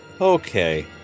okay